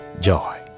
Joy